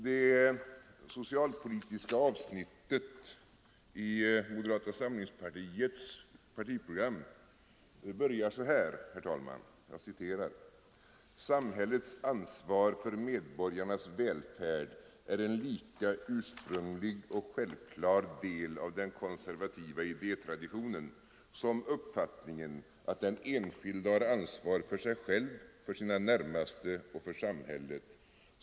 Det socialpolitiska avsnittet i moderata samlingspartiets partiprogram börjar så här, herr talman: ”Samhällets ansvar för medborgarnas välfärd är en lika ursprunglig, och självklar, del av den konservativa idétraditionen som uppfattningen att den enskilde har ansvar för sig själv, för sina närmaste och för samhället.